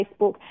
Facebook